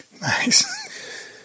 Nice